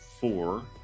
four